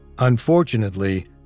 Unfortunately